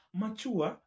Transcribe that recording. mature